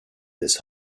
this